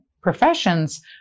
professions